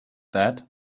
that